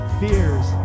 fears